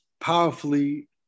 powerfully